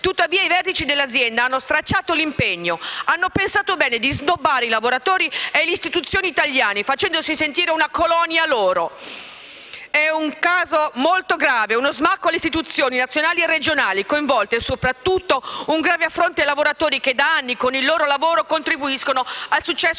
Tuttavia, i vertici dell'azienda hanno stracciato l'impegno, hanno pensato bene di snobbare i lavoratori e le istituzioni italiane, facendoci sentire una loro colonia. È un caso molto grave, uno smacco alle istituzioni nazionali e regionali coinvolte e soprattutto un grave affronto ai lavoratori, che da anni, con il loro lavoro, contribuiscono al successo di